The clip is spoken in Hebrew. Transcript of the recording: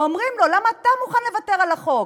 ואומרים לו: למה אתה מוכן לוותר על החוק?